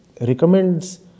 recommends